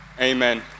Amen